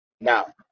Now